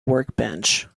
workbench